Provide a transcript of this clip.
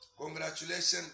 Congratulations